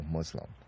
Muslim